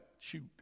shoot